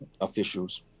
officials